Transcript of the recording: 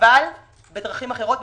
אבל בדרכים אחרות.